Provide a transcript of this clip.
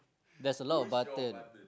there's a lot of button